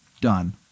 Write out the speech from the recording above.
done